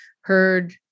heard